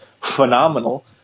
phenomenal